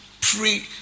Pray